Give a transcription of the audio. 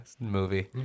movie